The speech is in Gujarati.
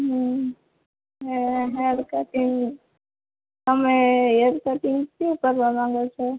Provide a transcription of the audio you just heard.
હમ હે હેર કટિંગ તમે હેર કટિંગ કેવું કરવા માગો છો